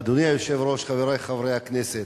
אדוני היושב-ראש, חברי חברי הכנסת,